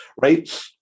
right